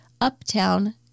uptown